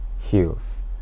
heals